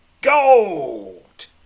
gold